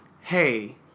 Hey